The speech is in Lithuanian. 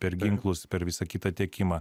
per ginklus per visą kitą tiekimą